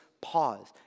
pause